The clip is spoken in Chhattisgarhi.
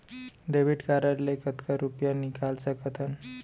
डेबिट कारड ले कतका रुपिया निकाल सकथन?